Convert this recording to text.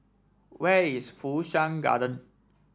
where is Fu Shan Garden